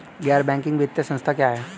गैर बैंकिंग वित्तीय संस्था क्या है?